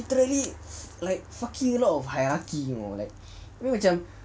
literally like fucking lot of hierarchy you know like abeh macam